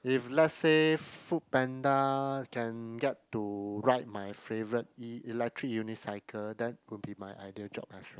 if let's say Food Panda can get to ride my favourite e~ electric unicycle that would be my ideal job I feel